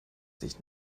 sich